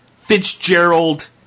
Fitzgerald